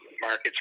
markets